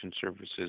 services